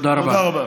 תודה רבה.